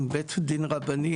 בית דין רבני,